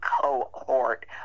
cohort